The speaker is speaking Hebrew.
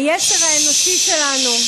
היצר האנושי שלנו,